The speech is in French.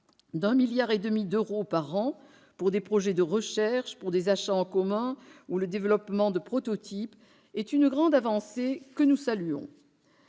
1,5 milliard d'euros par an pour des projets de recherche, pour des achats en commun ou pour le développement de prototypes, est une grande avancée, que nous saluons.